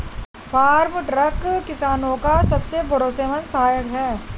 farm truck किसानो का सबसे भरोसेमंद सहायक है